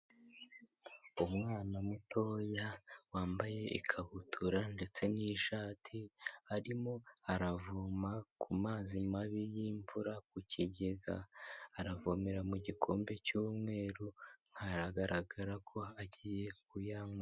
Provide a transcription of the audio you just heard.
Umwana mutoya wambaye ikabutura ndetse n'ishati, arimo aravoma ku mazi mabi y'imvura ku kigega, aravomera mu gikombe cy'umweru aragaragara ko agiye kuyanywa.